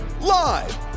live